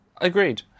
Agreed